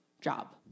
job